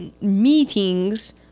meetings